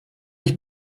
ich